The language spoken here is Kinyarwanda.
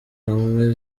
hamwe